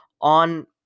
on